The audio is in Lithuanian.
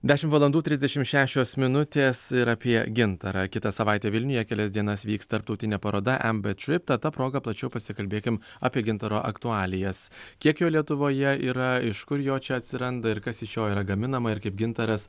dešim valandų trisdešimt šešios minutės ir apie gintarą kitą savaitę vilniuje kelias dienas vyks tarptautinė paroda ember trip ta proga plačiau pasikalbėkim apie gintaro aktualijas kiek jo lietuvoje yra iš kur jo čia atsiranda ir kas iš jo yra gaminama ir kaip gintaras